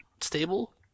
stable